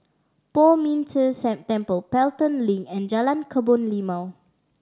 Poh Ming Tse Temple Pelton Link and Jalan Kebun Limau